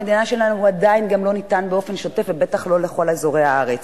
במדינה שלנו הוא עדיין לא ניתן באופן שוטף ובטח לא בכל אזורי הארץ.